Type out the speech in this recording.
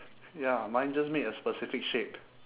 ya mine just made a specific shape